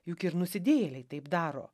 juk ir nusidėjėliai taip daro